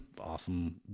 awesome